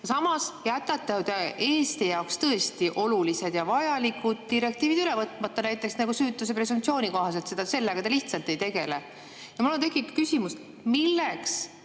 Samas jätate te Eesti jaoks tõesti olulised ja vajalikud direktiivid üle võtmata, näiteks süütuse presumptsiooni kohased [direktiivid], sellega te lihtsalt ei tegele. Mul tekib küsimus, milleks